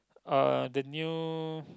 uh the new